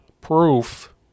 proof